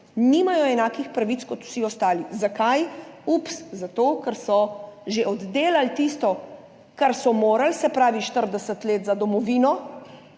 Nimajo enakih pravic kot vsi ostali. Zakaj? Ups, zato, ker so že oddelali tisto, kar so morali, se pravi 40 let delovne